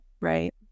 right